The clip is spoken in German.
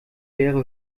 leere